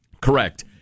Correct